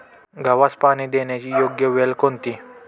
गव्हास पाणी देण्याची योग्य वेळ कोणती?